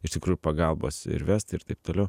iš tikrųjų pagalbos ir vestai ir taip toliau